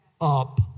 up